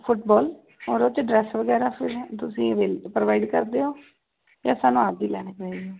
football ਔਰ ਉਹ 'ਚ ਡਰੈਸ ਵਗੈਰਾ ਫਿਰ ਤੁਸੀਂ ਅਵੇਲ ਪ੍ਰੋਵਾਈਡ ਕਰਦੇ ਹੋ ਕਿ ਸਾਨੂੰ ਆਪਣੀ ਲੈਣੀ ਪਵੇਗੀ